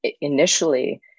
initially